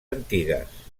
antigues